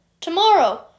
Tomorrow